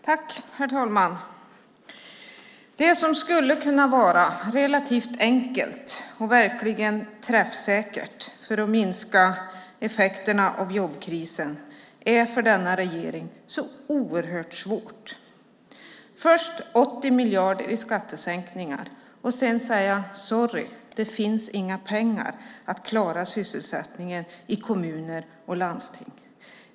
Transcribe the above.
Herr talman! Det som skulle kunna vara relativt enkelt och verkligen träffsäkert för att minska effekterna av jobbkrisen är för denna regering oerhört svårt. Först 80 miljarder i skattesänkningar och sedan säger man: Sorry, det finns inga pengar till att klara sysselsättningen i kommuner och landsting.